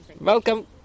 Welcome